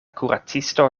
kuracisto